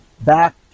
back